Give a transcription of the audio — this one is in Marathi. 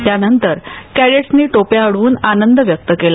त्यानंतर कॅडेट्सनी टोप्या उडवून आनंद व्यक्त केला